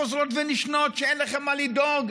חוזרות ונשנות: אין לכם מה לדאוג,